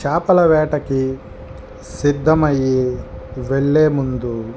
చేపల వేటకి సిద్ధమై వెళ్ళేముందు